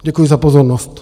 Děkuji za pozornost.